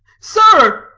sir,